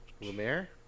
Lumiere